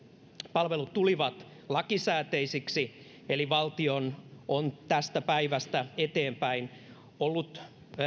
palvelut tulivat lakisääteisiksi eli valtion on tuosta päivästä eteenpäin ollut